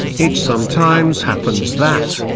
it sometimes happens that,